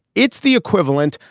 it's the equivalent.